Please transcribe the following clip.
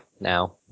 now